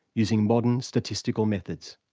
using modern statistical methods.